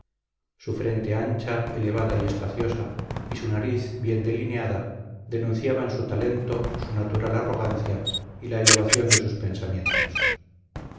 su frente ancha elevada y espaciosa y su nariz bien delineada denunciaban su talento su natural arrogancia y la elevación de sus pensamientos